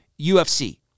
UFC